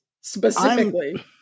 specifically